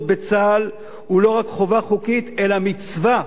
בצה"ל הוא לא רק חובה חוקית אלא מצווה,